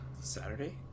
Saturday